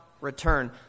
return